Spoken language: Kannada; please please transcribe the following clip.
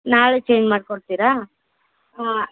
ನಾಳೆ ಚೇಂಜ್ ಮಾಡ್ಕೊಡ್ತೀರಾ ಹಾಂ